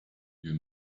you